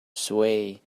sway